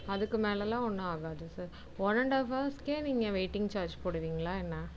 அதுக்கு மேலேலாம் ஒன்றும் ஆகாது சார் ஒன் அண்ட் ஆஃப் ஹவர்சுக்கே நீங்கள் வெயிட்டிங் சார்ஜ் போடுவீங்களா என்ன